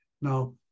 Now